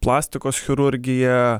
plastikos chirurgiją